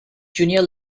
junior